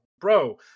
bro